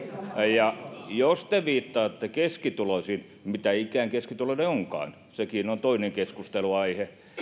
ja jos te viittaatte keskituloisiin mitä ikinä keskituloinen onkaan se on toinen keskustelunaihe